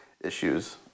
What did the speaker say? issues